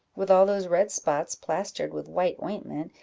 with all those red spots plastered with white ointment,